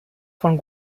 von